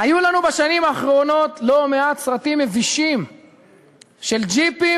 היו לנו בשנים האחרונות לא מעט סרטים מבישים של ג'יפים